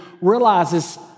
realizes